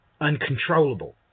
Uncontrollable